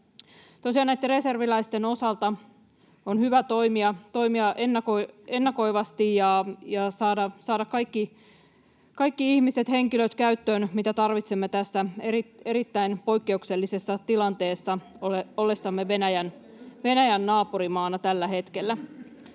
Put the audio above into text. reserviläisten osalta on hyvä toimia ennakoivasti ja saada käyttöön kaikki ihmiset, henkilöt, mitä tarvitsemme tässä erittäin poikkeuksellisessa tilanteessa tällä hetkellä ollessamme Venäjän naapurimaana tällä.